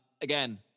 again